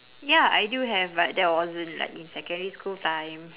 ya I do have but that wasn't like in secondary school time